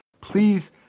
Please